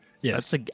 Yes